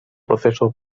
proceso